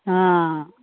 हा